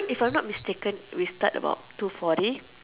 if I am not mistaken we start about two forty